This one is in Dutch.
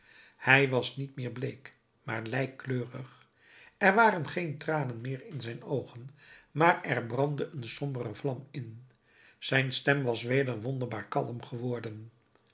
hij was niet meer bleek maar lijkkleurig er waren geen tranen meer in zijn oogen maar er brandde een sombere vlam in zijn stem was weder wonderbaar kalm geworden